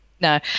No